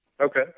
Okay